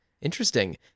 Interesting